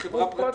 זו חברה פרטית.